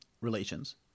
relations